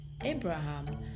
Abraham